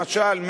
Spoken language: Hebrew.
למשל,